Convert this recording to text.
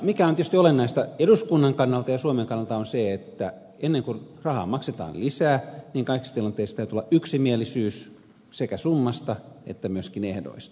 mikä on tietysti olennaista eduskunnan ja suomen kannalta on se että ennen kuin rahaa maksetaan lisää niin kaikissa tilanteissa täytyy olla yksimielisyys sekä summasta että myöskin ehdoista